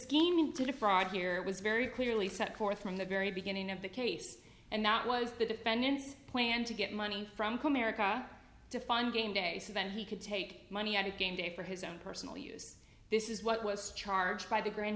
scheming to defraud here was very clearly set core from the very beginning of the case and that was the defendant's plan to get money from comerica define game day so that he could take money out of game day for his own personal use this is what was charged by the grand